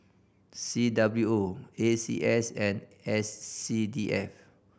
C W O A C S and S C D F